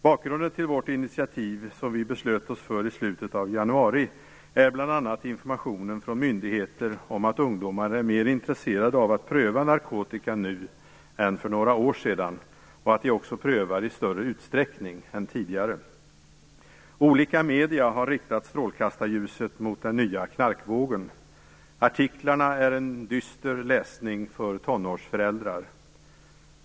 Bakgrunden till vårt initiativ, som vi beslöt oss för i slutet av januari, är bl.a. informationen från myndigheter om att ungdomar är mer intresserade av att pröva narkotika nu än för några år sedan och att de också prövar i större utsträckning än tidigare. Olika medier har riktat strålkastarljuset mot den nya knarkvågen. Artiklarna är en dyster läsning för tonårsföräldrar.